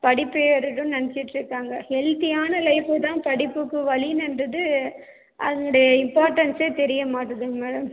படிப்பு ஏறுதுன் நினச்சிட்ருக்காங்க ஹெல்த்தியான லைஃப்பு தான் படிப்புக்கு வழின்னு எடுத்துட்டு அதனுடைய இம்பார்ட்டன்ஸே தெரியமாட்டுதுங்க